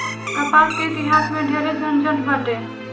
कपास के इतिहास में ढेरे झनझट बाटे